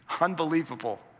Unbelievable